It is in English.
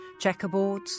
checkerboards